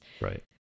Right